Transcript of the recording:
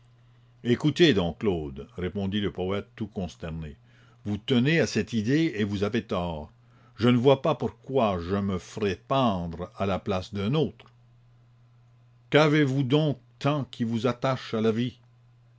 écoutez dom claude répondit le poète tout consterné vous tenez à cette idée et vous avez tort je ne vois pas pourquoi je me ferais pendre à la place d'un autre qu'avez-vous donc tant qui vous attache à la vie